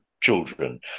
children